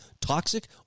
toxic